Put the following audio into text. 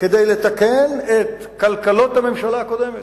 כדי לתקן את קלקלות הממשלה הקודמת.